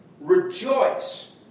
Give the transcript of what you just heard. Rejoice